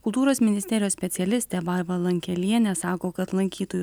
kultūros ministerijos specialistė vaiva lankelienė sako kad lankytojų